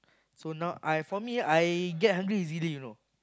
so now I for me I get hungry easily you know